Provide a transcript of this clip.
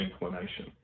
inclination